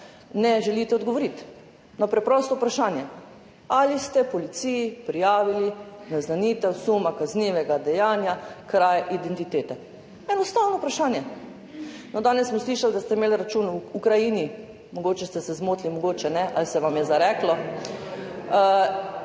ne želite odgovoriti, na preprosto vprašanje, ali ste policiji prijavili naznanitev suma kaznivega dejanja kraje identitete. Enostavno vprašanje. Danes smo slišali, da ste imeli račun v Ukrajini, mogoče ste se zmotili, mogoče ne, mogoče se vam je zareklo,